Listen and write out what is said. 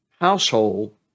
household